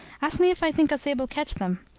ask me if i think us able catch them.